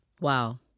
wow